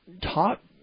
taught